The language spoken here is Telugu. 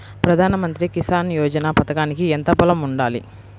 ప్రధాన మంత్రి కిసాన్ యోజన పథకానికి ఎంత పొలం ఉండాలి?